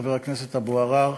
חבר הכנסת אבו עראר,